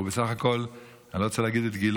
הוא בסך הכול, אני לא רוצה להגיד את גילו.